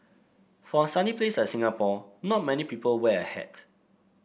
for a sunny place like Singapore not many people wear a hat